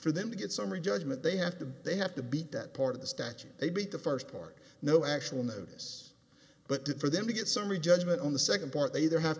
for them to get summary judgment they have to have to beat that part of the statute they beat the first part no actual notice but did for them to get summary judgment on the second part they either have